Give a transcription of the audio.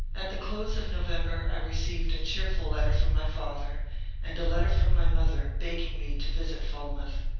at the close of no vember i received a cheerful letter from my father and a letter from my mother begging me to visit falmouth.